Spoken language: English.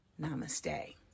namaste